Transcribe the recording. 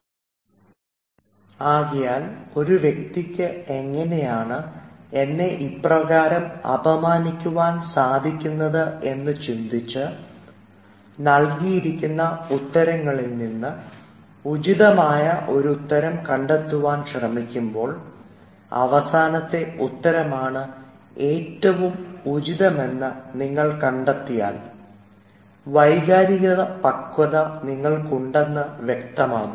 ആയതിനാൽ എങ്ങനെയാണ് ഒരു വ്യക്തിക്ക് എന്നെ ഇപ്രകാരം അപമാനിക്കുവാൻ സാധിക്കുന്നത് എന്ന് ചിന്തിച്ച് നൽകിയിരിക്കുന്ന ഉത്തരങ്ങളിൽ നിന്ന് ഉചിതമായ ഒരു ഉത്തരം കണ്ടെത്താൻ ശ്രമിക്കുമ്പോൾ അവസാനത്തെ ഉത്തരമാണ് ഏറ്റവും ഉചിതമെന്ന് നിങ്ങൾ കണ്ടെത്തിയാൽ വൈകാരിക പക്വത നിങ്ങൾക്ക് ഉണ്ടെന്ന് വ്യക്തമാകും